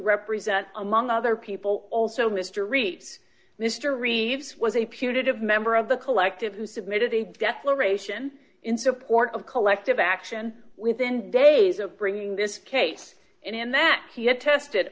represent among other people also mr aris mr reeves was a putative member of the collective who submitted a declaration in support of collective action within days of bringing this case in that he had tested